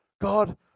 God